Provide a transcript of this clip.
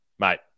Mate